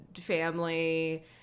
family